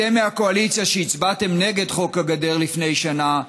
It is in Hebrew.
אתם מהקואליציה שהצבעתם נגד חוק הגדר לפני שנה,